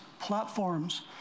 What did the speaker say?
platforms